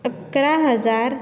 अकरा हजार